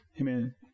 Amen